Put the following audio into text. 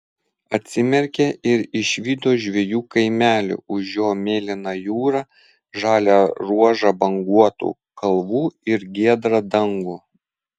atsimerkė ir išvydo žvejų kaimelį už jo mėlyną jūrą žalią ruožą banguotų kalvų ir giedrą dangų